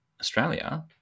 Australia